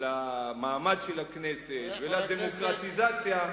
למעמד של הכנסת ולדמוקרטיזציה,